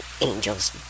angels